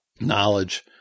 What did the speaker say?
knowledge